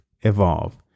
evolve